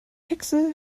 hexe